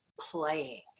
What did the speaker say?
playing